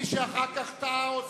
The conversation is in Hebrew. מי שאחר כך יטעה,